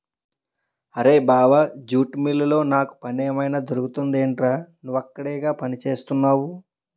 అరేయ్ బావా జూట్ మిల్లులో నాకు పనేమైనా దొరుకుతుందెట్రా? నువ్వక్కడేగా పనిచేత్తున్నవు